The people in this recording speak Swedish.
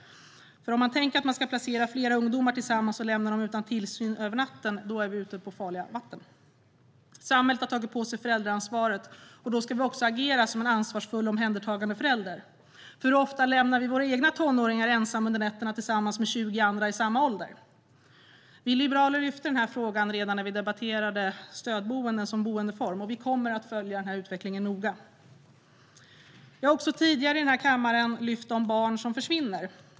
Om man tänker att man ska placera flera ungdomar tillsammans och lämna dem utan tillsyn över natten är vi ute på farliga vatten. Samhället har tagit på sig föräldraansvaret. Då ska vi också agera som en ansvarsfull och omhändertagande förälder. Hur ofta lämnar vi våra egna tonåringar ensamma under nätterna tillsammans med 20 andra i samma ålder? Vi Liberalerna lyfte den här frågan redan när vi debatterade stödboende som boendeform och kommer att följa utvecklingen noga. Jag har också tidigare här i kammaren lyft fram de barn som försvinner.